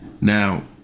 now